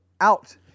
out